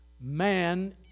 man